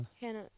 Hannah